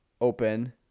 open